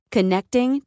Connecting